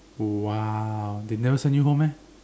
!wah! they never send you home meh